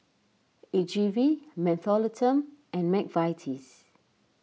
A G V Mentholatum and Mcvitie's